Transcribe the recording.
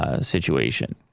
situation